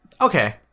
okay